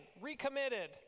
recommitted